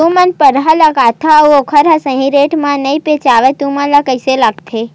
तू मन परहा लगाथव अउ ओखर हा सही रेट मा नई बेचवाए तू मन ला कइसे लगथे?